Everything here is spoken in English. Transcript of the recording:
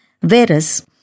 Whereas